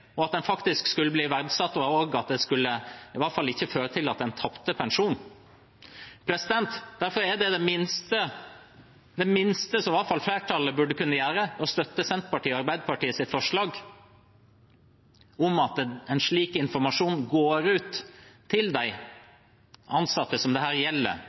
og at en faktisk skulle bli verdsatt. Det skulle i hvert fall ikke føre til at en tapte pensjon. Det minste flertallet derfor burde kunne gjøre, var å støtte Senterpartiet og Arbeiderpartiets forslag om at slik informasjon går ut til de ansatte som dette gjelder, om hva det